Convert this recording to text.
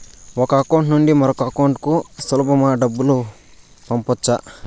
ఒక అకౌంట్ నుండి మరొక అకౌంట్ కు సులభమా డబ్బులు పంపొచ్చా